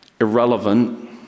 irrelevant